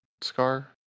Scar